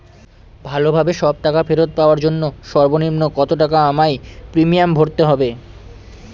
ভালোভাবে সব টাকা ফেরত পাওয়ার জন্য সর্বনিম্ন কতটাকা আমায় প্রিমিয়াম ভরতে হবে?